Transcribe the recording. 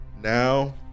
Now